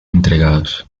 entregados